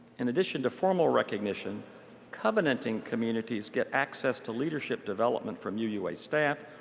and addition to formal recognition covenanting communities get access to leadership development from uua staff,